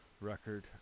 record